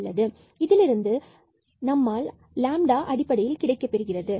இதிலிருந்து நம்மால் அடிப்படையில் கிடைக்கப்பெறுகிறது